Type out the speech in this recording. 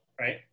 right